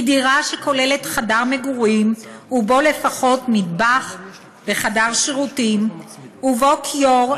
היא דירה שכוללת חלל מגורים ובו לפחות מטבח וחדר שירותים שבו כיור,